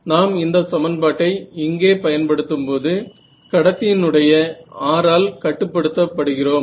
நாம் இந்த சமன்பாட்டை இங்கே பயன்படுத்தும்போது கடத்தியின் உடைய r ஆல் கட்டு படுத்த படுகிறோம்